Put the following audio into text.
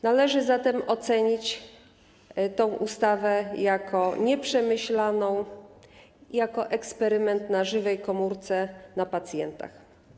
Należy zatem ocenić tę ustawę jako nieprzemyślaną, jako eksperyment na żywej komórce, na pacjentach.